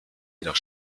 jedoch